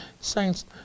Saints